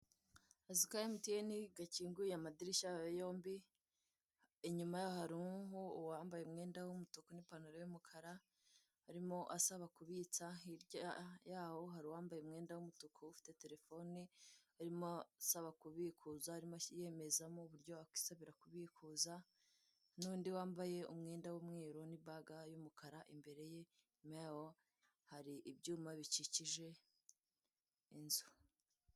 Akazu ka emutiyene gakinguye amadirishya yombi, inyuma ya hari uwambaye umwenda w'umutuku n'ipantaro y'umukara urimo asaba kubitsa, hirya yaho hari uwambaye umwenda w'umutuku ufite telefone arimo asaba kubikuza arimo yemezamo uburyo wakwisabira kubikuza n'undi wambaye umwenda w'umweru n'ibaga y'umukara imbere ye, inyuma yawo hari ibyuma bikikije inzu.